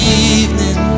evening